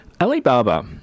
Alibaba